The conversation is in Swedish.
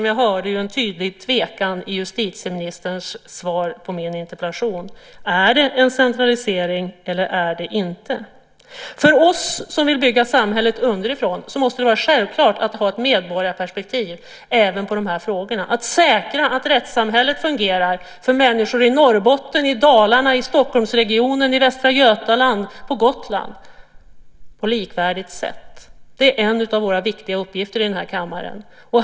Jag hörde en tydlig tvekan i justitieministerns svar på min interpellation. Är det en centralisering eller är det inte? För oss som vill bygga samhället underifrån måste det vara självklart att ha ett medborgarperspektiv även på de här frågorna. Att säkra att rättssamhället fungerar på likvärdigt sätt för människor i Norrbotten, i Dalarna, i Stockholmsregionen, i Västra Götaland och på Gotland är en av våra viktiga uppgifter i den här kammaren.